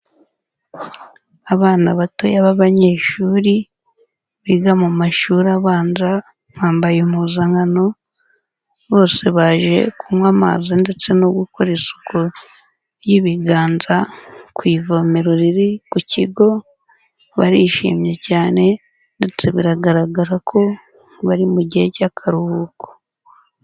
Abana batoya b'abanyeshuri biga mu mashuri abanza bambaye impuzankano bose baje kunywa amazi ndetse no gukora isuku y'ibiganza ku ivomero riri ku kigo, barishimye cyane ndetse biragaragara ko bari mu gihe cy'akaruhuko.